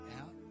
out